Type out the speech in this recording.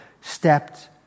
stepped